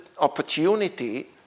opportunity